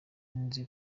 nzi